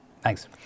Thanks